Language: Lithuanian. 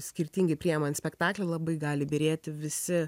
skirtingai priemant spektaklį labai gali byrėti visi